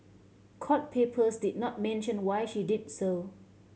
court papers did not mention why she did so